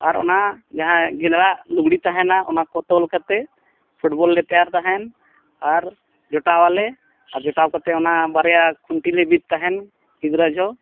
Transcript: ᱟᱨ ᱚᱱᱟ ᱡᱟᱦᱟᱸ ᱜᱮᱸᱫᱽᱲᱟ ᱞᱩᱜᱽᱲᱤ ᱛᱟᱦᱮᱱᱟ ᱚᱱᱟᱠᱚ ᱛᱚᱞ ᱠᱟᱛᱮᱫ ᱞᱮ ᱛᱮᱭᱟᱨ ᱛᱟᱦᱮᱱ ᱟᱨ ᱡᱚᱴᱟᱣᱟᱞᱮ ᱟᱨ ᱡᱚᱴᱟᱣ ᱠᱟᱛᱮᱫ ᱚᱱᱟ ᱵᱟᱨᱭᱟ ᱠᱷᱩᱱᱴᱤᱞᱮ ᱵᱤᱫ ᱛᱟᱦᱮᱱ ᱜᱤᱫᱽᱨᱟᱹ ᱡᱚᱦᱚᱜ